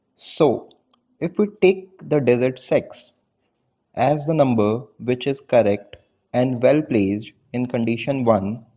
so if we take the digit six as the number which is correct and well-placed in condition one